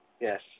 yes